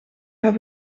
heb